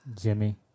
Jimmy